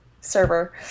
server